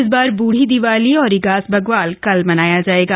इस बार बूढ़ी दिवाली और इगास बग्वाल कल मनाया जाएगा